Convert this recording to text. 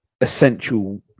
essential